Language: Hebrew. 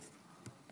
הרבה הצלחה.